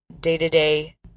day-to-day